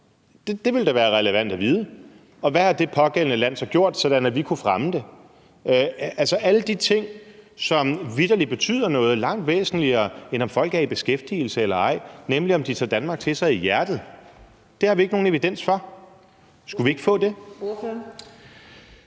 Det ville da være relevant at vide. Og hvad har det pågældende land så gjort, sådan at de har kunnet fremme det? Altså, det er alle de ting, som vitterlig betyder noget og er langt væsentligere, end om folk er i beskæftigelse eller ej, nemlig om de tager Danmark til sig i hjertet. Det har vi ikke nogen evidens for. Skulle vi ikke få det?